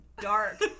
dark